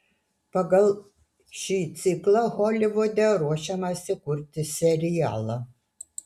pagal šį ciklą holivude ruošiamasi kurti serialą